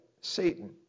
Satan